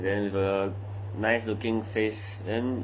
then a nice looking face then